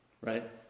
right